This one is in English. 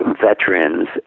veterans